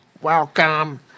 Welcome